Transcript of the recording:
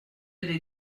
elles